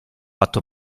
fatto